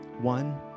One